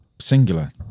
Singular